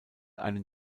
einen